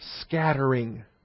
scattering